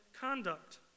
conduct